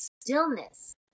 stillness